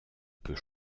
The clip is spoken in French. peut